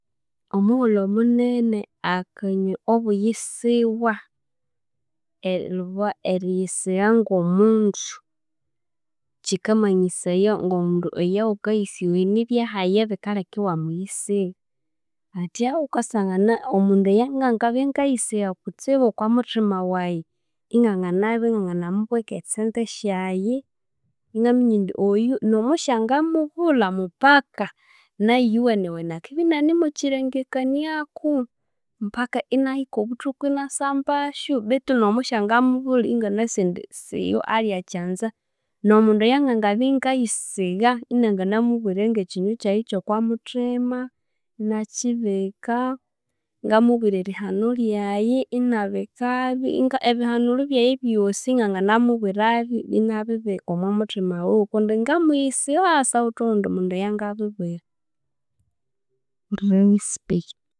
Omughulhu omunene akanywa obuyisiwa oba eriyisigha ng'omundu kikamanyisaya ng'omundu eyawukayisigha oyu nibyahayi ibikalheka iwamuyisigha? Hathya wukasangana omundu eyangangabya ingayisigha kutsibu okw'omuthima wayi inganganabya inganganamubweka esente syayi ingaminya indi oyu n'omusyangamubulha mupaka, nayu iyuwenewene akibya inanemukirengekaniaku, mupaka inahika obuthuku inasyambasyu betu n'omusyangamubulha inganasi indi iyo alyakyanza, n'omundu eyanangabya ingayisigha inanganamubwira n'ekinywe kyayi eky'okwa muthima inakibika ingamubwira erihano lyayi inabikabyo ebihanulho ebyayi ebyosi inganganamubwirabyo inabibika omo muthima wiwe kundi ngamuyisigha syawithe owundi mundu eyangabibwira.